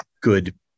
good